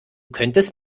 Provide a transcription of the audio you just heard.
könntest